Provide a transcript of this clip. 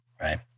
right